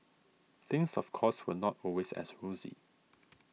things of course were not always as rosy